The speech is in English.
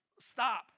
Stop